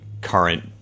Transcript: current